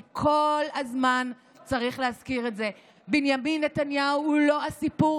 כי כל הזמן צריך להזכיר את זה: בנימין נתניהו הוא לא הסיפור.